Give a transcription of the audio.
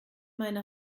meine